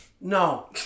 no